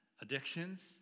addictions